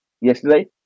yesterday